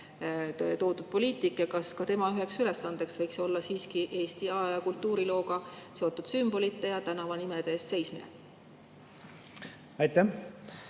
toodud poliitik, ja kas tema üheks ülesandeks võiks siiski olla ka Eesti aja- ja kultuurilooga seotud sümbolite ja tänavanimede eest seismine? Aitäh,